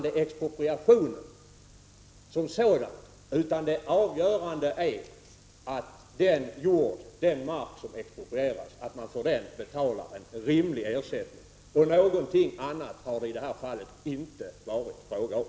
Expropriationen som sådan är inte avgörande, utan det avgörande är att den mark som exproprieras skall betalas med en rimlig ersättning. Någonting annat har det i detta fall inte varit fråga om.